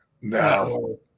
no